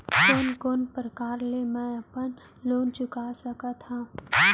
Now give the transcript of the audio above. कोन कोन प्रकार ले मैं अपन लोन चुका सकत हँव?